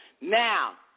Now